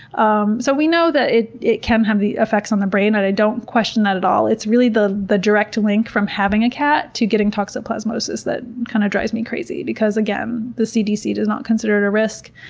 um so we know that it it can have the effects on the brain. i don't question that at all. it's really the the direct link from having a cat to getting toxoplasmosis that, kind of, drives me crazy because, again, the cdc does not consider it a risk.